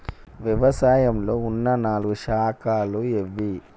వ్యవసాయంలో ఉన్న నాలుగు శాఖలు ఏవి?